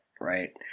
right